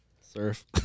surf